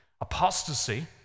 Apostasy